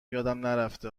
نرفته